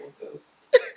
ghost